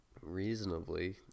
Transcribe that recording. Reasonably